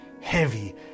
heavy